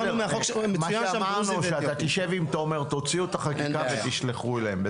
כמו שאמרנו אתה תשב עם תומר אתם תוציאו את החקיקה ותשלחו אליהם.